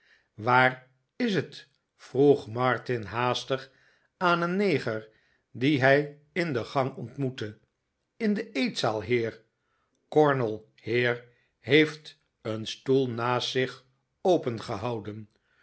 waar is het vroeg martin haastig aan een neger dien hij in de gang ontmoette in de eetzaal heer kornel heer heeft een stoel naast zich